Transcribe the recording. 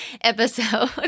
episode